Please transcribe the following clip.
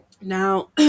Now